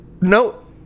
no